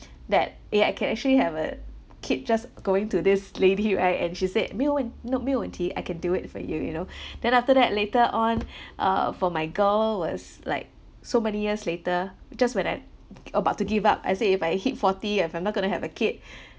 that it act~ I can actually have uh kid just going to this lady right and she said 没有问没没有问题：mei you wen mei mei you wen ti I can do it for you you know then after that later on uh for my girl was like so many years later just when I about to give up I said if I hit forty and if I'm not going to have a kid